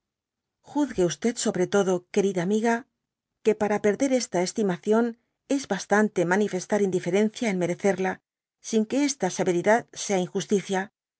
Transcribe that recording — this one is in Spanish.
juzgue sobre todo querida amiga que para perder esta estimación es bastante mani festar indiferencia en merecerla singue esta severidad sea injusticia